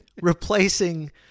replacing